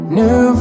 new